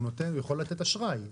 הוא יכול לתת אשראי.